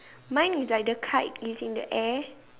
mine is like the kite is in the air